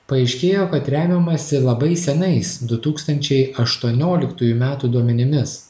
paaiškėjo kad remiamasi labai senais du tūkstančiai aštuonioliktųjų metų duomenimis